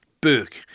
Burke